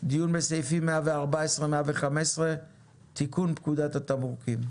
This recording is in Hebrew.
דיון בסעיפים 114, 115 תיקון פקודת התמרוקים.